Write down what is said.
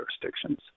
jurisdictions